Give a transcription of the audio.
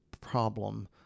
problem